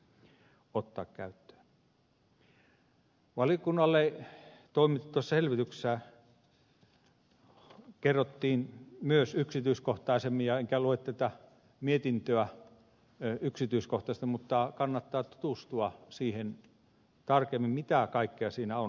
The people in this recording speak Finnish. valiokunnalle toimitetussa selvityksessä kerrottiin myös yksityiskohtaisemmin enkä lue tätä mietintöä yksityiskohtaista mutta kannattaa tutustua siihen tarkemmin mitä kaikkea siinä on